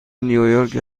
نیویورک